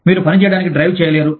మీరు పని చేయడానికి డ్రైవ్ చేయలేరు